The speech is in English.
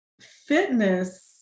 Fitness